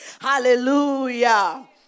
Hallelujah